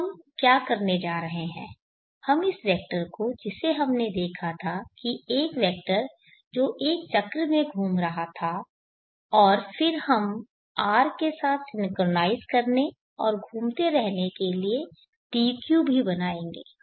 अब हम क्या करने जा रहे हैं हम इस वेक्टर को जिसे हमने देखा था कि एक वेक्टर जो एक चक्र में घूम रहा था और फिर हम R के साथ सिंक्रनाइज़ करने और घूमते रहने के लिए d q भी बनाएंगे